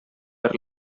per